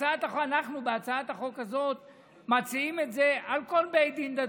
אנחנו בהצעת החוק הזאת מציעים את זה על כל בית דין דתי.